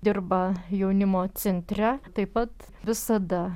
dirba jaunimo centre taip pat visada